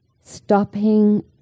stopping